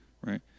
right